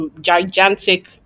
gigantic